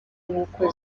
nkuko